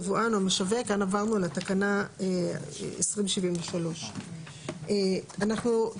יבואן או משווק כאן עברנו על התקנה 2073. מה